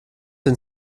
den